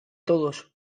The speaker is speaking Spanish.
todos